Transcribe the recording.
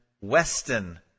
weston